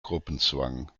gruppenzwang